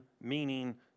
meaning